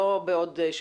לא בעוד שבוע.